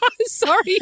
Sorry